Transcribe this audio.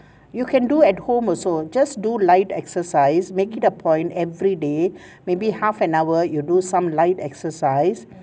you can do at home also just do light exercise make it a point every day maybe half an hour you do some light exercise